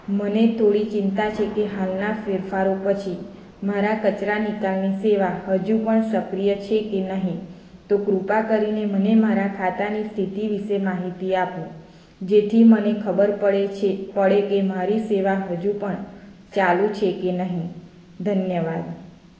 મને થોળી ચિંતા છે કે હાલના ફેરફારો પછી મારા કચરા નિકાલની સેવ હજુ પણ સક્રીય છે કે નહીં તો કૃપા કરીને મને મારા ખાતાની સ્થિતિ વિશે માહિતી આપો જેથી મને મને ખબર પડે કે મારી સેવ હજુ પણ ચાલુ છે કે નહીં ધન્યવાદ